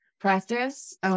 practice